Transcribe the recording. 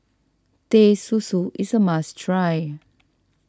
Teh Susu is a must try